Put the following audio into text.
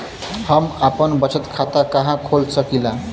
हम आपन बचत खाता कहा खोल सकीला?